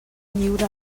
lliure